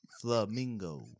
Flamingo